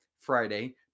Friday